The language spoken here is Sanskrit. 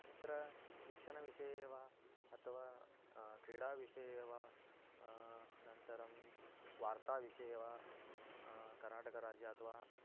अत्र शिक्षणविषये वा अथवा क्रीडा विषये वा अनन्तरं वार्ताविषये वा कर्नाटकराज्ये अथवा